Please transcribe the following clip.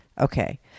Okay